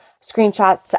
screenshots